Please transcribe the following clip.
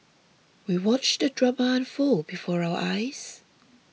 we watched the drama unfold before our eyes